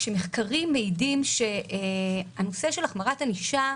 שמחקרים מעידים שהחמרת ענישה,